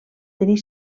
tenir